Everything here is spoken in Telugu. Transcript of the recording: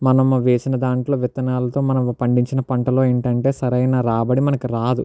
మనం వేసిన దాంట్లో విత్తనాలతో మనం పండించిన పంటలు ఏంటంటే సరైన రాబడి మనకు రాదు